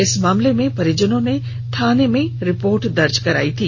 इस बाबत परिजनों ने थाने में रिपोर्ट दर्ज कराई थी